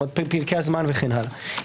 פרקי הזמן וכן הלאה.